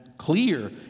clear